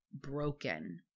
broken